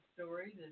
stories